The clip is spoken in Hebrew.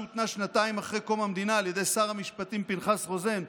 שהותנע שנתיים אחרי קום המדינה על ידי שר המשפטים פנחס רוזן,